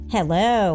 Hello